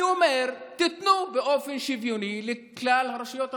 אני אומר: תיתנו באופן שוויוני לכלל הרשויות המקומיות.